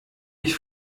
ich